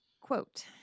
Quote